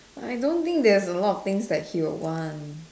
I don't think there's a lot of things that he'll want